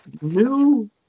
new